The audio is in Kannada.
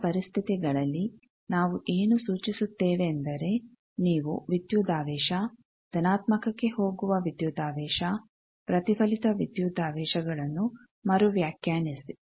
ಅಂತಹ ಪರಿಸ್ಥಿತಿಗಳಲ್ಲಿ ನಾವು ಏನು ಸೂಚಿಸುತ್ತೇವೆಂದರೆ ನೀವು ವಿದ್ಯುದಾವೇಶ ಧನಾತ್ಮಕಕ್ಕೆ ಹೋಗುವ ವಿದ್ಯುದಾವೇಶ ಪ್ರತಿಫಲಿತ ವಿದ್ಯುದಾವೇಶ ಗಳನ್ನು ಮರು ವ್ಯಾಖ್ಯಾನಿಸಿ